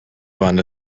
one